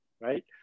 right